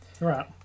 right